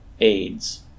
aids